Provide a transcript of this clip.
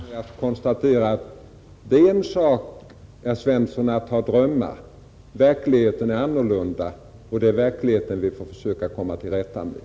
Herr talman! Jag skall bara sluta med att konstatera att det är en sak, herr Svensson, att ha drömmar. Verkligheten är annorlunda, och det är verkligheten vi får försöka komma till rätta med.